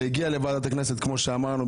זה הגיע לוועדת הכנסת, כמו שאמרנו.